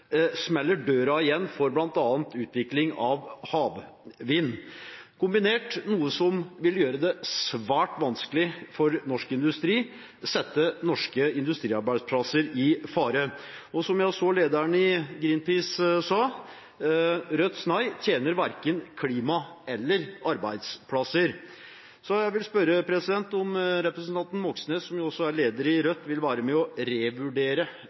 smeller døra igjen for bl.a. utvikling av havvind. Kombinert er dette noe som vil gjøre det svært vanskelig for norsk industri, og vil sette norske industriarbeidsplasser i fare. Og som jeg så lederen i Greenpeace sa: Rødts nei tjener verken klima eller arbeidsplasser. Jeg vil spørre om representanten Moxnes, som jo også er leder i Rødt, vil være med og revurdere